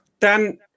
Dan